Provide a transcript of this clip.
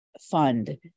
fund